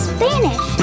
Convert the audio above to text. Spanish